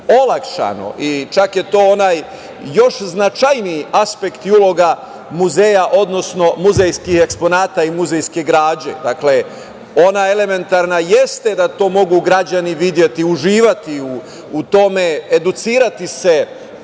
olakšano i čak je to, i onaj još značajniji aspekt i uloga muzeja, odnosno muzejskih eksponata i muzejske građe. Dakle, ona je elementarna i jeste da to mogu građani videti, uživati u tome, educirati se,